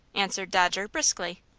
answered dodger, briskly.